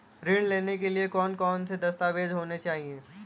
ऋण लेने के लिए कौन कौन से दस्तावेज होने चाहिए?